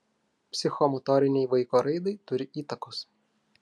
psichomotorinei vaiko raidai turi įtakos